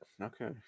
okay